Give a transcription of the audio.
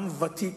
גם ותיק